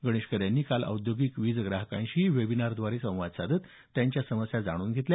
गणोरकर यांनी काल औद्योगिक वीज ग्राहकांशी वेबिनारद्वारे संवाद साधत त्यांच्या समस्या जाणून घेतल्या